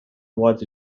was